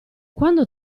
quando